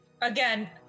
again